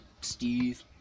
Steve